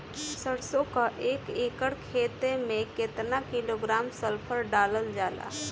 सरसों क एक एकड़ खेते में केतना किलोग्राम सल्फर डालल जाला?